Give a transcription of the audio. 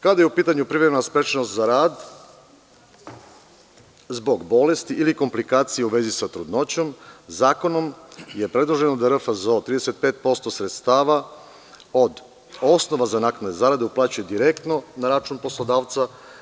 Kad je u pitanju privremena sprečenost za rad zbog bolesti, ili komplikacija u vezi sa trudnoćom, zakonom je predloženo da RFZO 35% sredstava od osnova za naknade zarade, uplaćuje direktno na račun poslodavca.